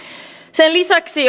sen lisäksi